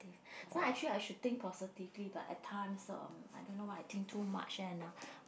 not actually I should think positively but at times um I don't know I think too much and